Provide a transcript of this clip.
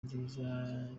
nziza